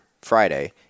Friday